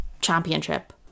Championship